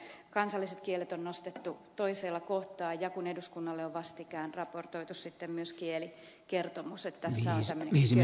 myönnän kun kansalliset kielet on nostettu toisella kohtaa ja kun eduskunnalle on vastikään raportoitu sitten myös kielikertomus että tässä on tämmöinen kömmähdys